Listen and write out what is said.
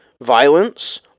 violence